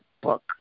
Book